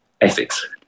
Ethics